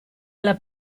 alle